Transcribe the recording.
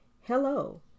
Hello